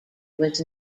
was